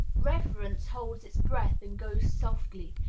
reverence holds its breath and goes softly,